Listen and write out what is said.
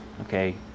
okay